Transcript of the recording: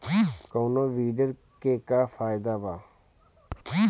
कौनो वीडर के का फायदा बा?